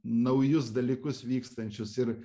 naujus dalykus vykstančius ir